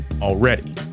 already